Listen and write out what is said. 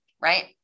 right